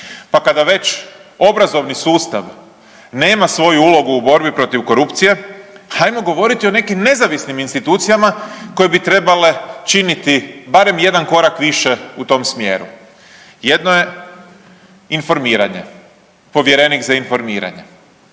Pa kada već obrazovni sustav nema svoju ulogu u borbi protiv korupcije, hajmo govoriti o nekim nezavisnim institucijama koje bi trebale činiti barem jedan korak više u tom smjeru. Jedno je informiranje, povjerenik za informiranje,